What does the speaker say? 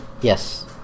Yes